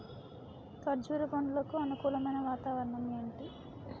కర్బుజ పండ్లకు అనుకూలమైన వాతావరణం ఏంటి?